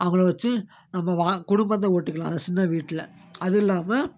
அவங்கள வச்சு நம்ம குடும்பத்தை ஓட்டிக்கலாம் சின்ன வீட்டில் அதுவும் இல்லாமல்